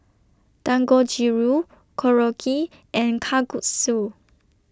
Dangojiru Korokke and Kalguksu